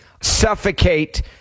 suffocate